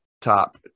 top